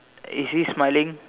is he smiling